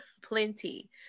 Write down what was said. Plenty